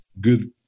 good